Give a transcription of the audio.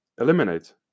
eliminate